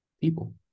people